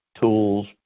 tools